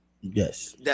yes